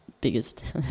biggest